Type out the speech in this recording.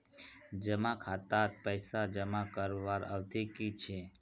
जमा खातात पैसा जमा करवार अवधि की छे?